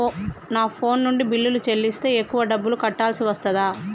నా ఫోన్ నుండి బిల్లులు చెల్లిస్తే ఎక్కువ డబ్బులు కట్టాల్సి వస్తదా?